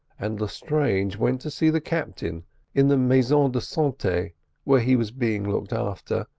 and lestrange went to see the captain in the maison de sante, where he was being looked after,